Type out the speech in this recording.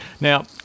now